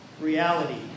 Reality